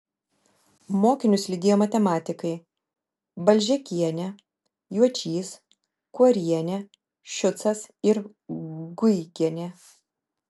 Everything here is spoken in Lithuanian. mokinius lydėjo matematikai balžėkienė juočys kuorienė šiucas ir guigienė